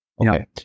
Okay